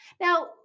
Now